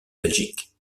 belgique